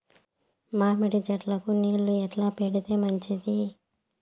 మామిడి చెట్లకు నీళ్లు ఎట్లా పెడితే మంచిది?